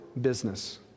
business